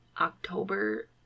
October